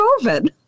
COVID